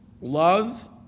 love